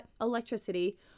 electricity